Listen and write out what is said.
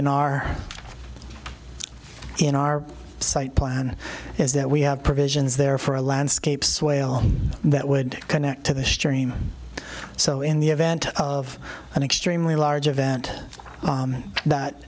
in our in our site plan is that we have provisions there for a landscapes whale that would connect to the stream so in the event of an extremely large event that